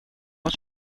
aus